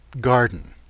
garden